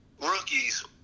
Rookies